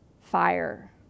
fire